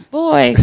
boy